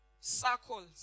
circles